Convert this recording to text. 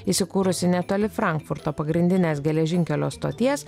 įsikūrusi netoli frankfurto pagrindinės geležinkelio stoties